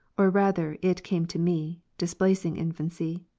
or rather it came to me, displacing infancy.